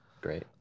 Great